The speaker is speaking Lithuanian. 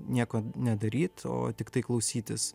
nieko nedaryt o tiktai klausytis